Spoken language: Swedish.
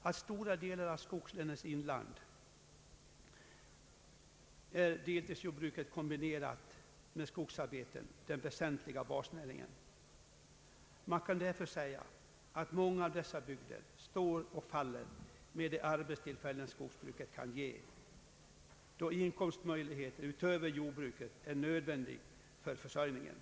I stora delar av skogslänens inland är deltidsjordbruk kombinerat med skogsarbete den huvudsakliga basnäringen. Man kan därför säga att många av dessa bygder står och faller med de arbetstillfällen som skogsbruket kan ge, då inkomstmöjligheter utöver jordbruket är nödvändiga för försörjningen.